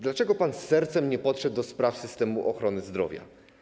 Dlaczego pan z sercem nie podszedł do sprawy systemu ochrony zdrowia?